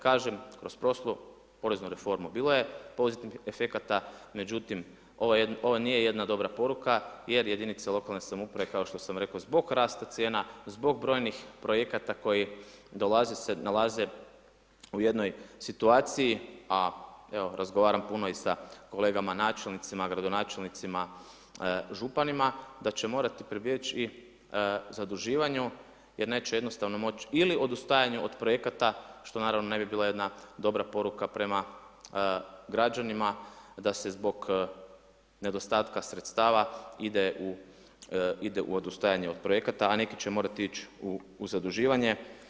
Kažem, kroz prošlu poreznu reformu bilo je pozitivnih efekata, međutim, ovo nije jedna dobra poruka jer jedinice lokalne samouprave, kao što sam rekao, zbog rasta cijena, zbog brojnih projekata koji dolaze, se nalaze u jednoj situaciji, a, evo, razgovaram puno i sa kolegama načelnicima, gradonačelnicima, županima, da će morati pribjeći i zaduživanju jer neće jednostavno moći ili odustajanju od projekata, što naravno ne bi bila jedna dobra poruka prema građanima da se zbog nedostatka sredstava ide u odustajanje od projekata, a neki će morati ići u zaduživanje.